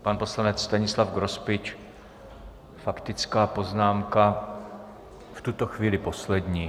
Pan poslanec Stanislav Grospič, faktická poznámka, v tuto chvíli poslední.